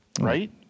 right